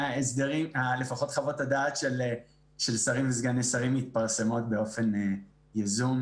לפחות חוות הדעת של שרים סגני שרים מתפרסמות באופן יזום.